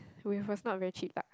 with was not very cheap lah